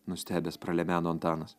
nustebęs pralemeno antanas